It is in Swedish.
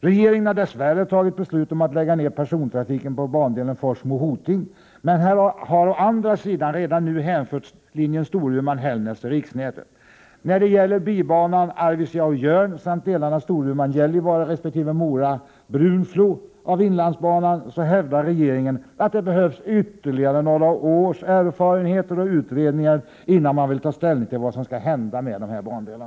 Regeringen har dess värre fattat beslut om att lägga ned persontrafiken på bandelen Forsmo-Hoting. Men man har å andra sidan redan nu hänfört linjen Storuman-Hällnäs till riksnätet. När det gäller bibanan Arvidsjaur-Jörn samt sträckorna Storuman-Gällivare resp. Mora Brunflo på inlandsbanan hävdar regeringen att det behövs ytterligare några års erfarenheter och utredningar innan man vill ta ställning till vad som skall hända med dessa bandelar.